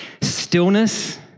Stillness